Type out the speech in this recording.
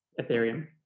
Ethereum